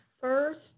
first